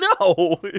No